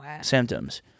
symptoms